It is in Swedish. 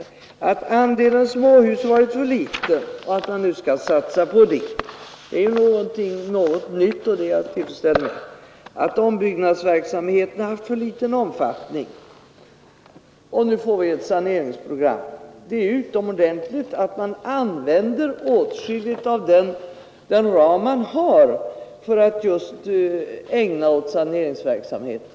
Det har vidare sagts att andelen småhus varit för liten och att man nu skall satsa mer på småhus — det är ju något nytt och det är jag tillfredsställd med — och att ombyggnadsverksamheten haft så liten omfattning. Nu får vi ett saneringsprogram. Det är utomordentligt bra att man använder åtskilligt av den ram man har just för saneringsverksamhet.